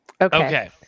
Okay